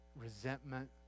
resentment